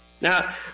Now